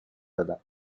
بدن